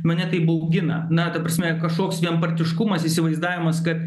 mane tai baugina na ta prasme kašoks vienpartiškumas įsivaizdavimas kad